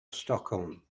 stockholm